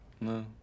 No